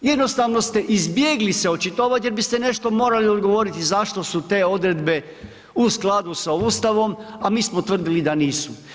Jednostavno ste izbjegli se očitovati jer biste nešto morali odgovoriti zašto su te odredbe u skladu sa Ustavom a mi smo utvrdili da nisu.